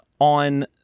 on